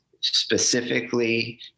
specifically